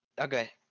Okay